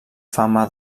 fama